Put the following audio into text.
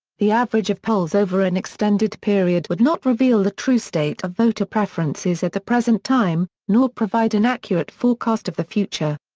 the average of polls over an extended period would not reveal the true state of voter preferences at the present time, nor provide an accurate forecast of the future.